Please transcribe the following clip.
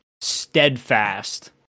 steadfast